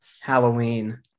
halloween